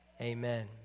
Amen